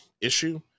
issue